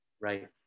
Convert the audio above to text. right